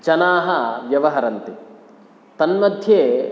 जनाः व्यवहरन्ति तन्मध्ये